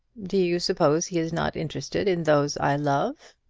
do you suppose he is not interested in those i love?